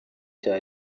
cya